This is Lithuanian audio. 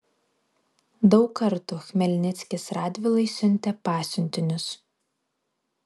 daug kartų chmelnickis radvilai siuntė pasiuntinius